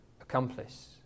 accomplice